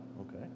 Okay